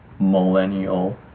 millennial